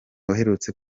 uherutse